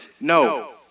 No